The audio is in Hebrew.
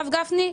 הרב גפני,